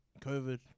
COVID